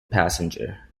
passenger